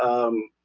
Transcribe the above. um,